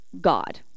God